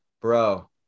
bro